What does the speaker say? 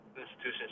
institutions